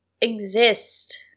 exist